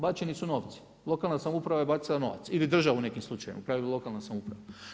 Bačeni su novci, lokalna samouprava je bacila novac ili država u nekim slučajevima, u pravilo lokalna samouprava.